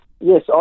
Yes